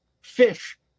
fish